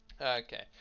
okay